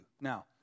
Now